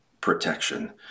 protection